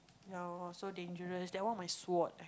ya lor so dangerous that one my sword leh